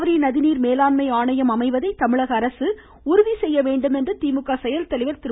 காவிரி நதிநீர் மேலாண்மை ஆணையம் அமைவதை தமிழக அரசு உறுதி செய்ய வேண்டும் என்று திமுக செயல்தலைவர் திரு